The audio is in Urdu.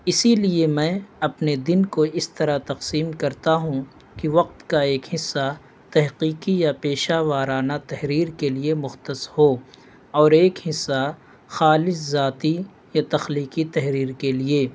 اسی لیے میں اپنے دن کو اس طرح تقسیم کرتا ہوں کہ وقت کا ایک حصہ تحقیقی یا پیشہ وارانہ تحریر کے لیے مختص ہو اور ایک حصہ خالص ذاتی یا تخلیقی تحریر کے لیے